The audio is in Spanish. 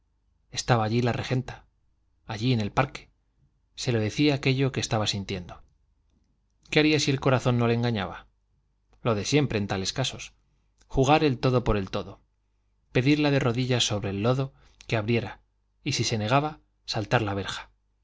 estaba allí la regenta allí en el parque se lo decía aquello que estaba sintiendo qué haría si el corazón no le engañaba lo de siempre en tales casos jugar el todo por el todo pedirla de rodillas sobre el lodo que abriera y si se negaba saltar la verja